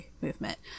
movement